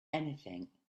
anything